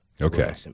Okay